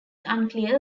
unclear